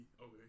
okay